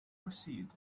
proceed